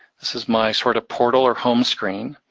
this is my sort of portal, or home screen.